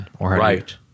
Right